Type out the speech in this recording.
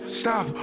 stop